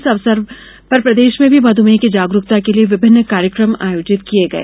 इस अवसर प्रदेश में भी मध्मेह की जागरुकता के लिए विभिन्न कार्यक्रम आयोजित किए गये